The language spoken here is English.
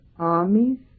armies